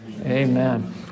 Amen